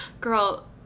girl